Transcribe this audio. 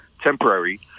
temporary